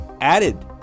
added